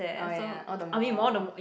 oh ya all the mall